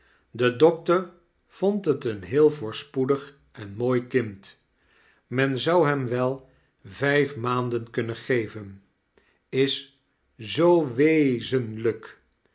de dokber vond bet een heel voorspoeddg en mooi kind men zou hem wel vijf maanden kunmen geven i is zoo